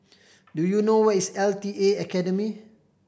do you know where is L T A Academy